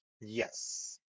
Yes